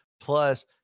plus